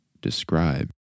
describe